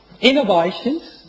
Innovations